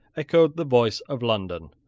echoed the voice of london.